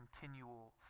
continual